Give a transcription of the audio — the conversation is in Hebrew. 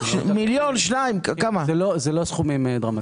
זה לא סכומים דרמטיים.